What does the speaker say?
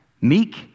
Meek